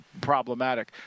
problematic